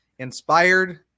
inspired